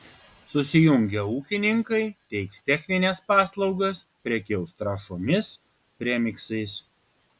susijungę ūkininkai teiks technines paslaugas prekiaus trąšomis premiksais